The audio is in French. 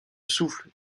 souffle